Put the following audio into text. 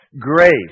Grace